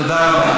תודה רבה.